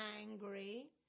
angry